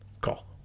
Call